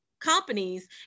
companies